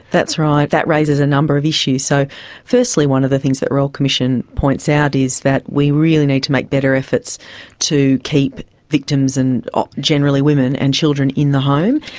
that's right, that raises a number of issues. so firstly one of the things that the royal commission points out is that we really need to make better efforts to keep victims, and ah generally women and children, in the home.